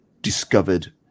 discovered